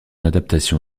adaptation